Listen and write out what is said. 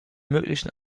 möglichen